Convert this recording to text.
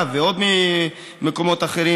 אני מדבר על שחקני הליגות הנמוכות בכדורגל ובכדורסל,